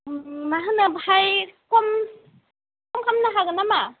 माहोनो आमफाय खम खम खामनो हागोन नामा